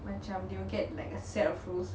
macam they will get like a set of rules